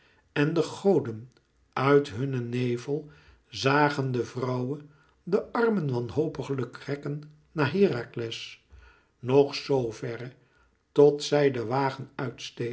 en de goden uit hunnen nevel zagen de vrouwe de armen wanhopiglijk rekken naar herakles nog zoo verre tot zij den wagen uit